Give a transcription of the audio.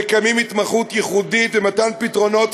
המקיימים התמחות ייחודית ונותנים פתרונות